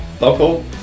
local